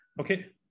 okay